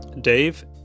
Dave